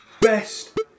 best